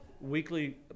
weekly